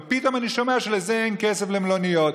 ופתאום אני שומע שאין כסף למלוניות,